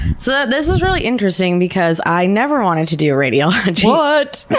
so this is really interesting because i never wanted to do radiology. it